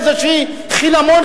איזה חינמון,